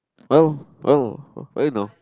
oh oh I know